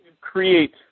create